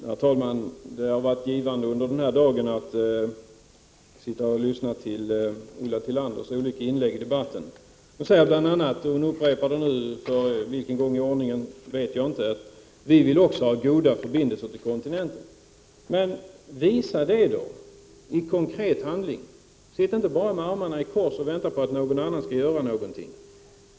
Herr talman! Det har varit givande att under dagen sitta och lyssna på Ulla Tillanders olika inlägg i debatten. Ulla Tillander upprepar, för vilken gång i ordningen vet jag inte, att också centern vill ha goda förbindelser till kontinenten. Men visa det då i konkret handling! Sitt inte bara med armarna i kors och vänta på att någon annan skall göra något!